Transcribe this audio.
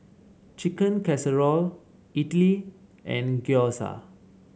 Chicken Casserole Idili and Gyoza